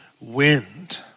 wind